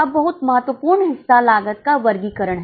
अब बहुत महत्वपूर्ण हिस्सा लागत का वर्गीकरण है